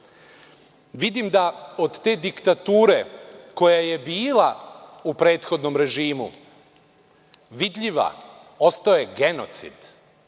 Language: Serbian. da od te diktature, koja je bila u prethodnom režimu vidljiva, ostao je genocid.